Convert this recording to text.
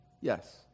Yes